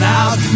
out